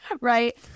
right